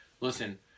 Listen